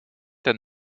denn